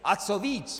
A co víc!